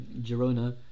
girona